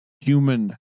human